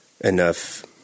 enough